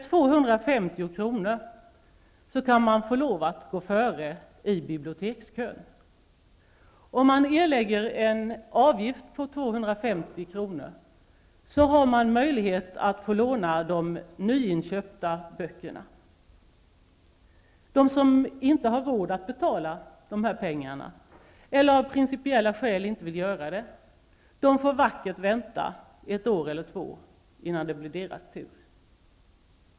För 250 kr. kan man få lov att gå före i bibliotekskön. Om man erlägger en avgift på 250 kr. har man möjlighet att få låna de nyinköpta böckerna. De som inte har råd att betala dessa pengar, eller av principiella skäl inte vill göra det, får vackert vänta ett år eller två innan det blir deras tur.